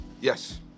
Yes